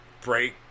break